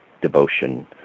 devotion